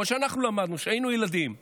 כמו שאנחנו למדנו כשהיינו ילדים.